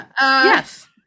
Yes